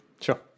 Sure